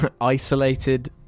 isolated